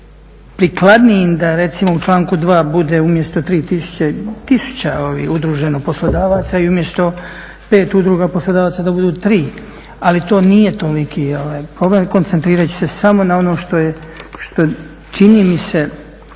prikladnijim da recimo u članku 2. bude umjesto 3000, 1000 udruženo poslodavaca i umjesto 5 udruga poslodavaca da budu 3, ali to nije toliki problem. Koncentrirat ću se samo na ono što je čini mi se